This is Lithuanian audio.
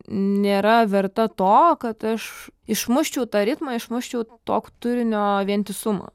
nėra verta to kad aš išmuščiau tą ritmą išmuščiau to turinio vientisumą